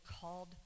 called